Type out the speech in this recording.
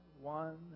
one